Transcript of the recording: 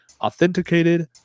authenticated